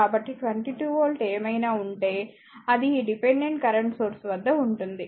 కాబట్టి 22 వోల్ట్ ఏమైనా ఉంటే అది ఈ డిపెండెంట్ కరెంట్ సోర్స్ వద్ద ఉంటుంది